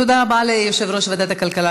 תודה רבה ליושב-ראש ועדת הכלכלה,